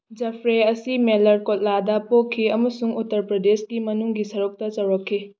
Jeffrey ꯑꯁꯤ ꯃꯦꯂꯔꯀꯣꯠꯂꯥꯗ ꯄꯣꯛꯈꯤ ꯑꯃꯁꯨꯡ ꯎꯠꯇꯔ ꯄ꯭ꯔꯗꯦꯁꯀꯤ ꯃꯅꯨꯡꯒꯤ ꯁꯔꯨꯛꯇ ꯆꯥꯎꯔꯛꯈꯤ